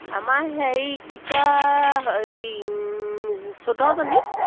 আমাৰ হৰি কি কয় হেৰি চৈধ্যজনী